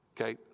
Okay